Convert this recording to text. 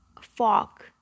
fog